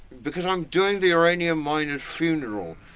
because i'm doing the uranium miner's funeral.